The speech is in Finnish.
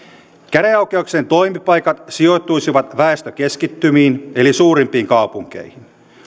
käräjäoikeuksien toimipaikat sijoittuisivat väestökeskittymiin eli suurimpiin kaupunkeihin